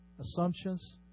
Assumptions